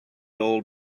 old